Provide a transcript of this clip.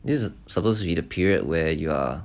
this is supposed to be the period where you are